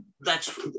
thats